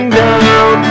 down